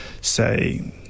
say